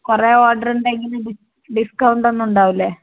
കുറെ ഓർഡറുണ്ടെങ്കിൽ ഡി ഡിസ്കൗണ്ടൊന്നും ഉണ്ടാവില്ലേ